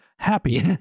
happy